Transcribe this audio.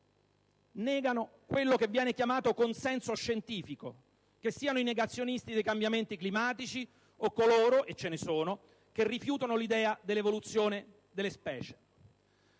nega quello che viene chiamato consenso scientifico, che siano i negazionisti dei cambiamenti climatici o coloro - e ce ne sono - che rifiutano l'idea dell'evoluzione delle specie.